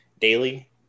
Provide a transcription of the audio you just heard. Daily